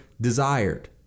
desired